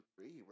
three